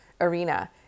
arena